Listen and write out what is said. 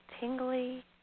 tingly